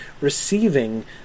receiving